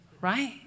right